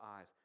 eyes